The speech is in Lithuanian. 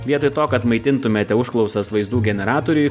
vietoj to kad maitintumėte užklausas vaizdų generatoriui